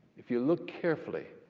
if you look carefully,